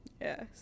Yes